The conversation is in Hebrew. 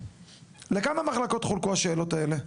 לכמה מחלקות חולקו השאלות האלה?